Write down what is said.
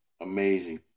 Amazing